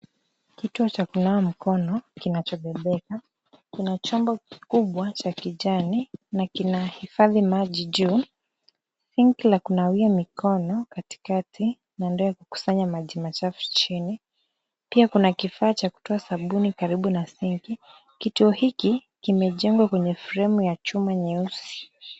Kituo cha kunawa mikono, kinachobebeka. Kuna chombo kikubwa cha kijani na kina hifadhi maji, juu. Sinki la kunawia mikono katikati na ndoo ya kukusanya maji machafu chini, pia kuna kifaa cha kutoa sabuni karibu na sinki. Kituo hiki kimejengwa kwenye fremu ya chuma nyeusi.